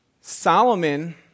Solomon